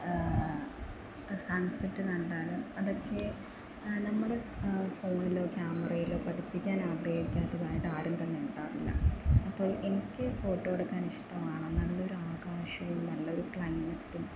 sunset കണ്ടാലും അതൊക്കെ നമ്മള് ഫോണിലോ ക്യാമറയിലോ പതിപ്പിക്കാൻ ആഗ്രഹിക്കാത്തതായിട്ട് ആരും തന്നെ ഉണ്ടാകില്ല അപ്പോൾ എനിക്ക് ഫോട്ടോ എടുക്കാൻ ഇഷ്ടമാണ് നല്ലൊര് ആകാശവും നല്ലൊരു ക്ലൈമറ്റും